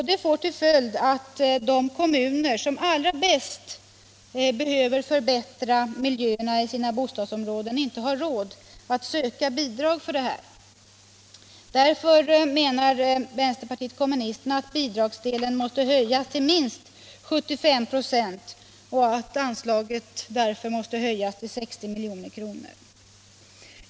Det får till följd att de kommuner som allra bäst behöver förbättra miljöerna i sina bostadsområden inte har råd att söka bidrag härför. Därför menar vänsterpartiet kommunisterna att bidragsdelen bör höjas till minst 75 96 och att anslaget därför måste höjas till 60 milj.kr.